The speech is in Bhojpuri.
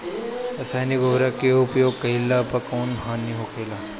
रसायनिक उर्वरक के उपयोग कइला पर कउन हानि होखेला?